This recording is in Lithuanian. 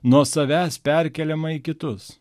nuo savęs perkeliama į kitus